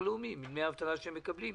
זה מדמי האבטלה שהם מקבלים.